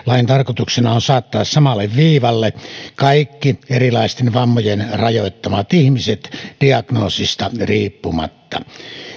lain tarkoituksena on saattaa samalle viivalle kaikki erilaisten vammojen rajoittamat ihmiset diagnoosista riippumatta